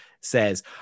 says